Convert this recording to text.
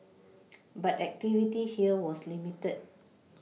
but activity here was limited